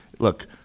Look